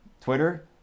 Twitter